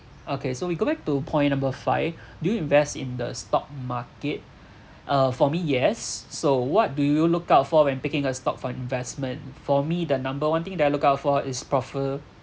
okay so we go back to point number five do you invest in the stock market uh for me yes so what do you look out for when picking a stock for investment for me the number one thing that I look out for is